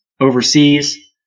overseas